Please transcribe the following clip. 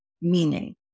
meaning